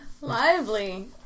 Lively